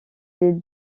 des